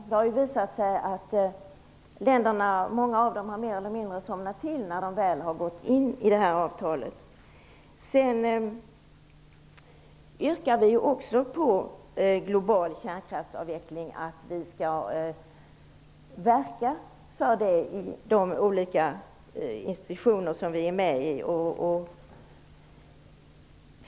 Det har visat sig att många av länderna mer eller mindre har somnat till när de väl har anslutit sig till avtalet. Vi yrkar också på att vårt land i de institutioner som vi är med i skall verka för global kärnkraftsavveckling.